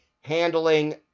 handling